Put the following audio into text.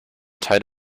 tied